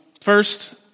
First